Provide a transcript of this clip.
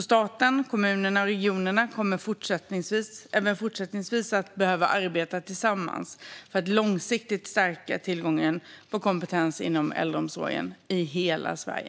Staten, kommunerna och regionerna behöver även fortsättningsvis arbeta tillsammans för att långsiktigt stärka tillgången till kompetens inom äldreomsorgen i hela Sverige.